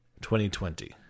2020